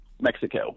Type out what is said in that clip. Mexico